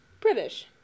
British